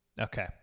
Okay